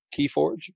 Keyforge